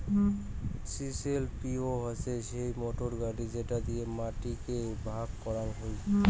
chisel পিলও হসে সেই মোটর গাড়ি যেটো দিয়ে মাটি কে ভাগ করাং হই